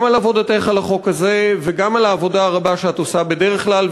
גם על עבודתך על החוק הזה וגם על העבודה הרבה שאת עושה בדרך כלל.